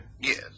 Yes